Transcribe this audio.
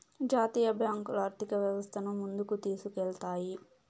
జాతీయ బ్యాంకులు ఆర్థిక వ్యవస్థను ముందుకు తీసుకెళ్తాయి